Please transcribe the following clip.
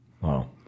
Wow